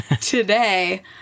today